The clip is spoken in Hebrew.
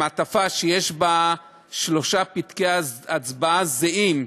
מעטפה שיש בה שלושה פתקי הצבעה זהים,